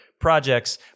projects